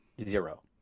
Zero